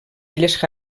illes